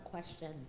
question